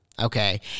Okay